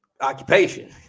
occupation